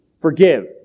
Forgive